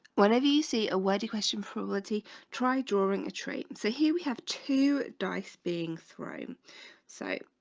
whenever you see a word question probability try drawing a trait. so here we have two dice being thrown so